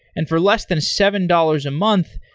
and for less than seven dollars a month,